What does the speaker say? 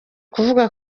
kuvuga